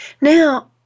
Now